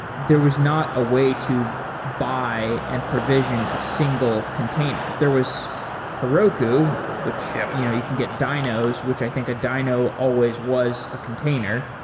there was not a way to buy and provision a single container. there was heroku, which yeah you know you can get dynos, which i think a dyno always was a container.